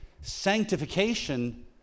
Sanctification